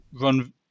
run